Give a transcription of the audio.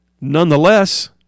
Nonetheless